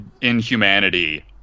inhumanity